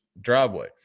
driveway